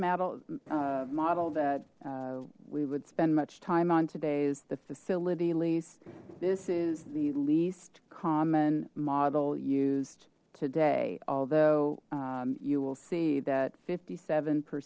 model model that we would spend much time on today is the facility lease this is the least common model used today although you will see that fifty seven per